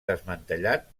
desmantellat